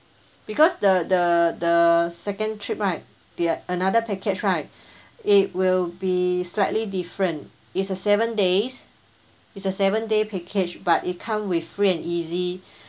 because the the the second trip right we have another package right it will be slightly different it's a seven days it's a seven day package but it come with free and easy